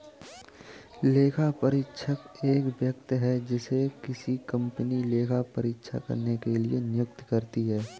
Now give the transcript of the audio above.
लेखापरीक्षक एक व्यक्ति है जिसे किसी कंपनी लेखा परीक्षा करने के लिए नियुक्त करती है